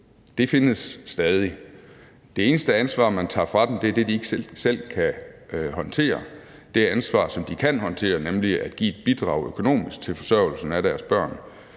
det findes stadig. Det eneste ansvar, man tager fra dem, er det, som de ikke selv kan håndtere. Det ansvar, som de kan håndtere, nemlig at give et bidrag økonomisk til forsørgelsen af deres børn,